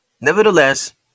Nevertheless